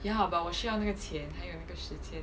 ya but 我需要那个钱还有那个时间